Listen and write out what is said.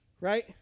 right